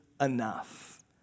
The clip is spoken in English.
enough